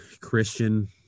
christian